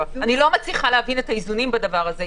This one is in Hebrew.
לא מצליחה להבין את האיזונים בדבר הזה.